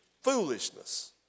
foolishness